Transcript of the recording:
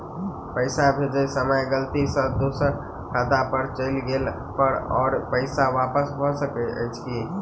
पैसा भेजय समय गलती सँ दोसर खाता पर चलि गेला पर ओ पैसा वापस भऽ सकैत अछि की?